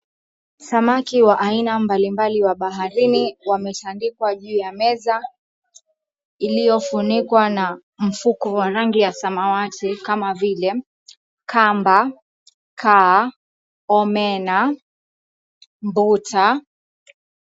Samaki wa aina mbalimbali wa baharini wametandikwa juu ya meza iliyofunikwa na mfuko wa rangi ya samawati kama vile; kamba, kaa, omena, mbuta .